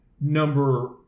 number